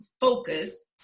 focus